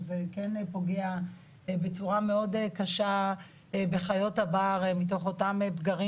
שזה כן פוגע בצורה מאוד קשה בחיות הבר מתוך אותם פגרים